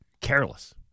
Careless